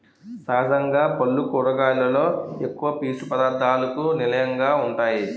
సహజంగా పల్లు కూరగాయలలో ఎక్కువ పీసు పధార్ధాలకు నిలయంగా వుంటాయి